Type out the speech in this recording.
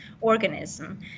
organism